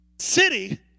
City